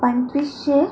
पंचवीसशे